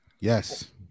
yes